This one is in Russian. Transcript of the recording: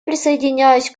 присоединяюсь